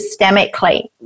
systemically